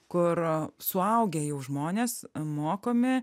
kur suaugę jau žmonės mokomi